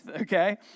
okay